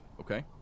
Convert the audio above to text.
Okay